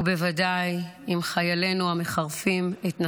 ובוודאי עם חיילינו המחרפים את נפשם.